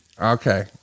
Okay